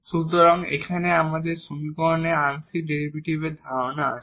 সুতরাং এখানে আমাদের সমীকরণে আংশিক ডেরিভেটিভ এর ধারণা আছে